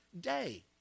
day